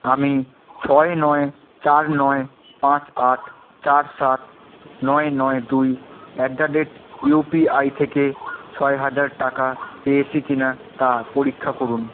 আমি ছয় নয় চার নয় পাঁচ আট চার সাত নয় নয় দুই অ্যাট দ্য রেট ইউপিআই থেকে ছয় হাজার টাকা পেয়েছি কি না তা পরীক্ষা করুন